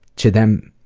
to them